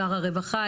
שר הרווחה,